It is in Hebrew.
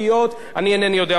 שהוא לא פחות חשוב,